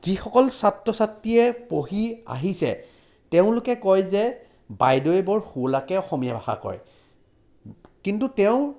যিসকল ছাত্ৰ ছাত্ৰীয়ে পঢ়ি আহিছে তেওঁলোকে কয় যে বাইদেৱে বৰ শুৱলাকৈ অসমীয়া ভাষা কয় কিন্তু তেওঁ